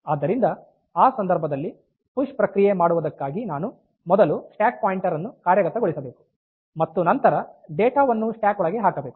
ಆದ್ದರಿಂದ ಆ ಸಂದರ್ಭದಲ್ಲಿ ಪುಶ್ ಪ್ರಕ್ರಿಯೆ ಮಾಡುವುದಕ್ಕಾಗಿ ನಾನು ಮೊದಲು ಸ್ಟ್ಯಾಕ್ ಪಾಯಿಂಟರ್ ಅನ್ನು ಕಾರ್ಯಗತಗೊಳಿಸಬೇಕು ಮತ್ತು ನಂತರ ಡೇಟಾ ವನ್ನು ಸ್ಟ್ಯಾಕ್ ಒಳಗೆ ಹಾಕಬೇಕು